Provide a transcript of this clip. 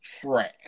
trash